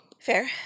Fair